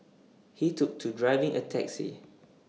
he took to driving A taxi